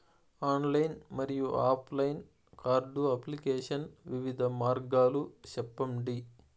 Online మరియు offline card application వివిధ మార్గాలు సెప్పండి?